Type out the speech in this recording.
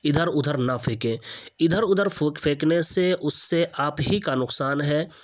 ادھر ادھر نہ پھینکیں ادھر ادھر پھینکنے سے اس سے آپ ہی کا نقصان ہے